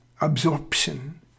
absorption